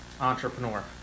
Entrepreneur